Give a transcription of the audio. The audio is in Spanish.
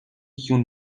hyun